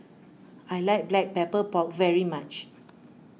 I like Black Pepper Pork very much